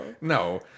No